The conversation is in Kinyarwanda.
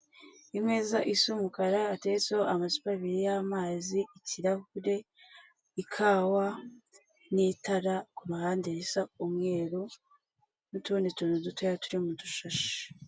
Imeza isa umukara hateretseho amacupa abiri y'amazi, ikirahure, ikawa n'itara ku ruhande risa umweru n'utundi tuntu dutoya turi mu dushashi.